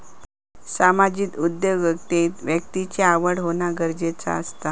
सामाजिक उद्योगिकतेत व्यक्तिची आवड होना गरजेचा असता